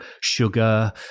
sugar